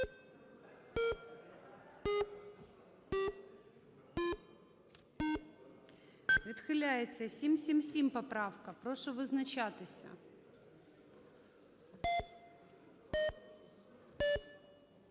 Відхиляється. 776 поправка. Прошу визначатися.